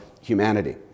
humanity